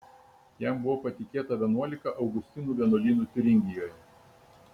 jam buvo patikėta vienuolika augustinų vienuolynų tiuringijoje